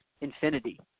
infinity